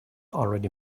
already